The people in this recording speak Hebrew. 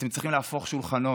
אתם צריכים להפוך שולחנות.